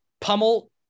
pummel